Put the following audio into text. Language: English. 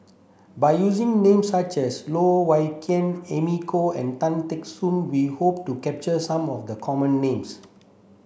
by using names such as Loh Wai Kiew Amy Khor and Tan Teck Soon we hope to capture some of the common names